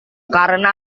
karena